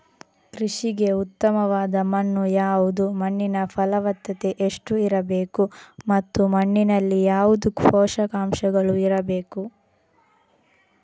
ಕೃಷಿಗೆ ಉತ್ತಮವಾದ ಮಣ್ಣು ಯಾವುದು, ಮಣ್ಣಿನ ಫಲವತ್ತತೆ ಎಷ್ಟು ಇರಬೇಕು ಮತ್ತು ಮಣ್ಣಿನಲ್ಲಿ ಯಾವುದು ಪೋಷಕಾಂಶಗಳು ಇರಬೇಕು?